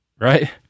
Right